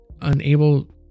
unable